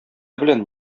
белән